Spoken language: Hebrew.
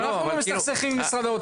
גם אנחנו מסתכסכים עם משרד האוצר.